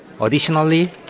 Additionally